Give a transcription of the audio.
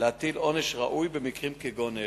להטיל עונש ראוי במקרים כגון אלה.